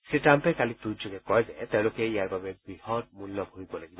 শ্ৰীট্টাম্পে কালি টুইটযোগে কয় যে তেওঁলোকে ইয়াৰ বাবে বৃহৎ মূল্য ভৰিব লাগিব